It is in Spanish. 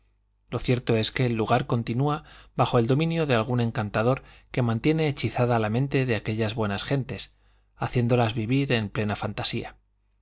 lo cierto es que el lugar continúa bajo el dominio de algún encantador que mantiene hechizada la mente de aquellas buenas gentes haciéndolas vivir en plena fantasía